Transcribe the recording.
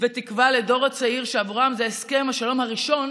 ותקווה לדור הצעיר, שעבורם זה הסכם השלום הראשון